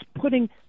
putting